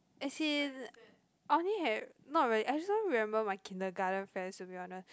as in I only have not really I just don't remember my kindergarten friends to be honest